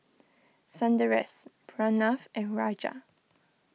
Sundaresh Pranav and Raja